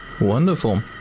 Wonderful